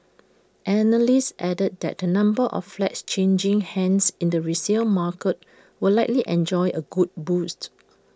analysts added that the number of flats changing hands in the resale market will likely enjoy A good boost